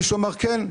מישהו אמר: כן,